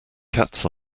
cats